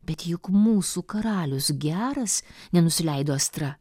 bet juk mūsų karalius geras nenusileido astra